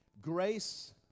grace